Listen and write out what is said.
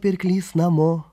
pirklys namo